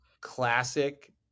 classic